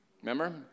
Remember